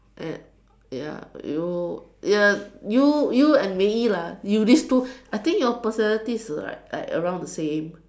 and ya you ya you you and Mei-Yi lah you these two I think your personality like around the same